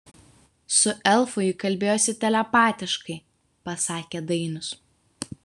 su elfu ji kalbėjosi telepatiškai pasakė dainius